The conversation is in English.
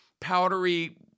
powdery